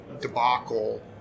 debacle